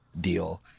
deal